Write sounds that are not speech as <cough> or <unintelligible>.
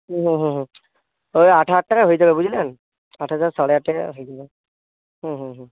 হুম হুম হুম তবে আট হাজার টাকায় হয়ে যাবে বুঝলেন আট হাজার সাড়ে আট হাজার <unintelligible> হয়ে যাবে হুম হুম হুম